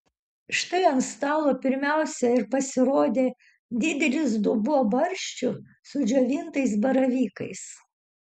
štai ant to stalo pirmiausia ir pasirodė didelis dubuo barščių su džiovintais baravykais